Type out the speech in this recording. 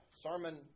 sermon